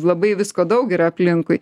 labai visko daug yra aplinkui